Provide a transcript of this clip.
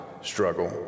struggle